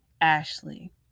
Ashley